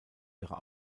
ihrer